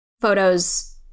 photos